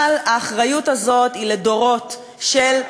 אבל האחריות הזאת היא לדורות של,